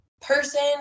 person